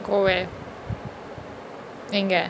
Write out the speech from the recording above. go where எங்க:enga